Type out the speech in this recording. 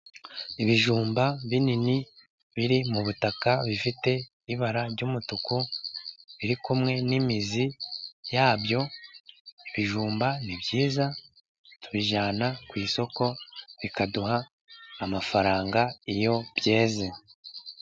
Ibijumba binini biri mu butaka, bifite ibara ry'umutuku biri kumwe n'imizi yabyo. Ibijumba n'ibyiza tubijyana ku isoko bikaduha amafaranga iyo byeze.